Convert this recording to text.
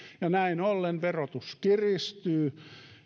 näin ollen verotus kiristyy